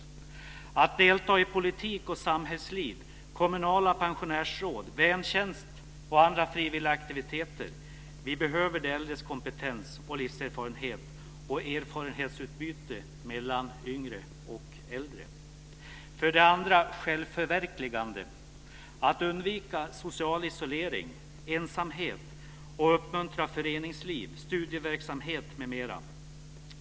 Man ska kunna delta i politik och samhällsliv, kommunala pensionärsråd, väntjänster och andra frivilligaktiviteter. Vi behöver de äldres kompetens och livserfarenhet och erfarenhetsutbyte mellan yngre och äldre. För det andra: Självförverkligande. Man ska undvika social isolering, ensamhet och uppmuntra föreningsliv, studieverksamhet, m.m.